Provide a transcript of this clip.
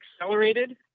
accelerated